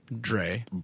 Dre